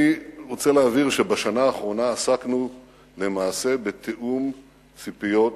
אני רוצה להבהיר שבשנה האחרונה עסקנו למעשה בתיאום ציפיות